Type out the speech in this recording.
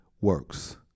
works